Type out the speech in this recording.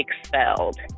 expelled